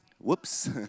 whoops